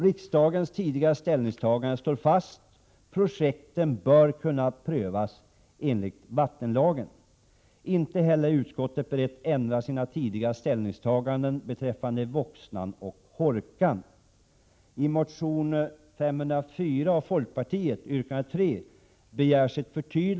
Riksdagens tidigare ställningstagande står fast. Projekten bör kunna prövas enligt vattenlagen. Utskottet är inte heller berett att ändra sina tidigare ställningstaganden beträffande Voxnan och Hårkan.